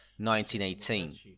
1918